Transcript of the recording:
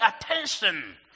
attention